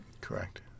Correct